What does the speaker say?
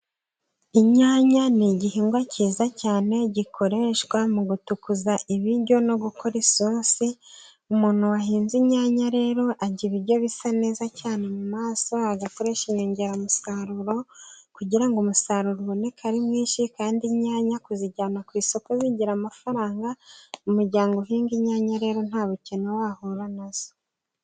Inyanya ni igihingwa cyiza cyane gikoreshwa mu gutukuza ibiryo no gukora isosi. Umuntu wahinze inyanya rero arya ibiryo bisa neza cyane mu maso. Agakoresha inyongeramusaruro kugira umusaruro uboneke ari mwinshi kandi inyanya kuzijyana ku isoko byinjiza amafaranga. Umuryango uhinga inyanya rero nta bukene ahura na bwo.